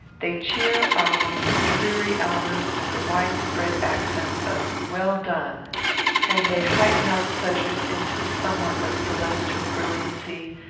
they cheer our most dreary hours with the widespread accents of well done and they heighten our pleasures into somewhat of celestial brilliancy,